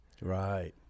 Right